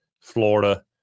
Florida